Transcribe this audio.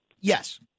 Yes